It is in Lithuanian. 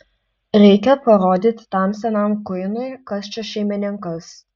reikia parodyti tam senam kuinui kas čia šeimininkas